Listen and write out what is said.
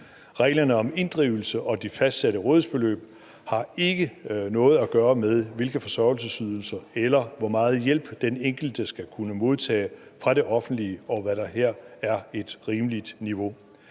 Reglerne om inddrivelse og de fastsatte rådighedsbeløb har ikke noget at gøre med, hvilke forsørgelsesydelser eller hvor meget hjælp den enkelte skal kunne modtage fra det offentlige, og hvad der her er et rimeligt niveau.